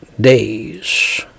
days